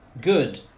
good